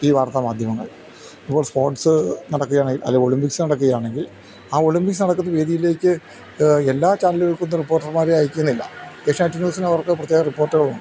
ഈ വാർത്താമാധ്യമങ്ങൾ ഇപ്പോൾ സ്പോർട്സ് നടക്കുകയാണെങ്കിൽ അല്ലേ ഒളിമ്പിക്സ് നടക്കുകയാണെങ്കിൽ ആ ഒളിമ്പിക്സ് നടക്കുന്ന വേദിയിലേക്ക് എല്ലാ ചാനല്കൾക്കൊന്നും റിപ്പോർട്ടർമാരെ അയക്കുന്നില്ല ഏഷ്യാനെറ്റ് ന്യൂസിന് അവർക്ക് പ്രത്യേക റിപ്പോർട്ടറുകളുണ്ട്